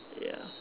ya